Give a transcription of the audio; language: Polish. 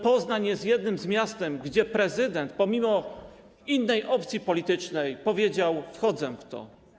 Poznań jest jednym z miast, gdzie prezydent, pomimo innej opcji politycznej, powiedział: wchodzę w to.